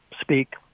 speak